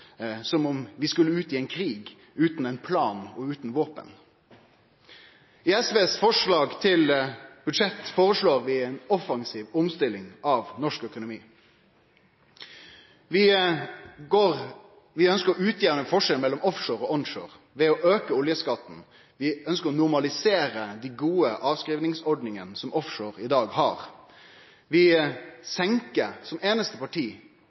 som om vi skulle ut i ein krig utan ein plan og utan våpen. I SVs forslag til budsjett har vi ei offensiv omstilling av norsk økonomi. Vi ønskjer å utjamne forskjellen mellom offshore og onshore ved å auke oljeskatten. Vi ønskjer å normalisere dei gode avskrivingsordningane som offshore i dag har. Vi senkar, som einaste parti